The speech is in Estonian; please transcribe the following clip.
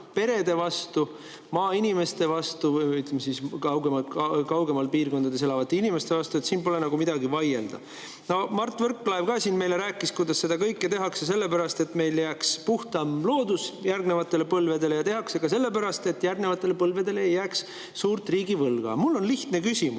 maainimeste vastu, kaugemates piirkondades elavate inimeste vastu. Siin pole midagi vaielda. Mart Võrklaev ka siin rääkis meile, kuidas seda kõike tehakse sellepärast, et meil jääks puhtam loodus järgnevatele põlvedele, ja tehakse ka sellepärast, et järgnevatele põlvedele ei jääks suurt riigivõlga. Mul on lihtne küsimus: